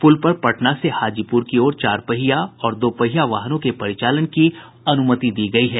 पुल पर पटना से हाजीपुर की ओर चार पहिया और दो पहिया वाहनों के परिचालन की अनुमति दी गयी है